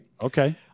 Okay